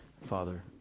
Father